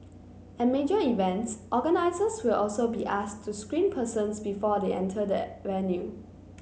at major events organizers will also be asked to screen persons before they enter the venue